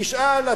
תשאל,